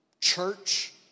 church